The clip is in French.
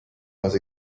leurs